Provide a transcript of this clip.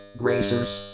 gracers